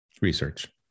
Research